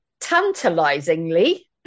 tantalizingly